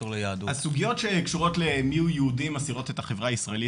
הסוגיות שקשורות למי הוא יהודי מסעירות את החברה הישראלית,